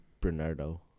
Bernardo